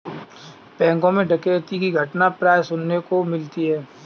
बैंकों मैं डकैती की घटना प्राय सुनने को मिलती है